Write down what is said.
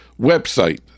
website